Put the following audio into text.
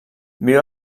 viu